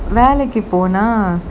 வேலைக்கி போன:velaki pona